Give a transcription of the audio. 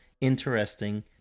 interesting